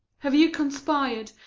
have you conspir'd,